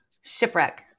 shipwreck